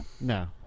No